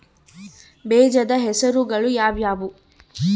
ಬೇಜದ ಹೆಸರುಗಳು ಯಾವ್ಯಾವು?